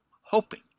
hoping